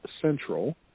Central